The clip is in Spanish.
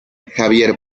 javier